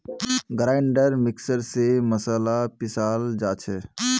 grinder mixer स मसाला पीसाल जा छे